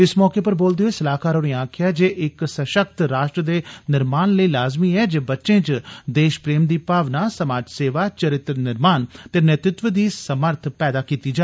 इस मौके पर बोलदे होई सलाहकार होरें आक्खेआ जे इक सशक्त राश्ट्र दे निर्माण लेई लाज़मी ऐ जे बच्चे च देश प्रेम दी भावना समाज सेवा चरित्र निर्माण ते नेतृत्व दी समर्थ पैदा कीती जा